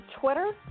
Twitter